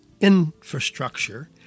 infrastructure